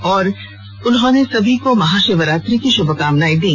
और सभी को महाशिवरात्रि की श्भकामनाएं दी